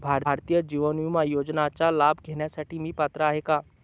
भारतीय जीवन विमा योजनेचा लाभ घेण्यासाठी मी पात्र आहे का?